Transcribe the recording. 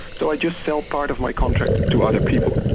so i just sell part of my contract to other people.